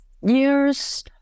years